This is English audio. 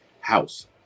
house